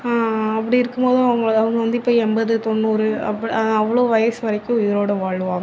அப்படி இருக்கும்போது அவங்க அவங்க வந்து இப்போ எண்பது தொண்ணூறு அப் அவ்வளோ வயசு வரைக்கும் உயிரோட வாழ்வாங்க